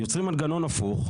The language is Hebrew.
יוצרים מנגנון הפוך,